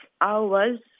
hours